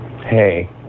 Hey